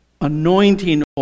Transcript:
anointing